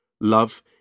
Love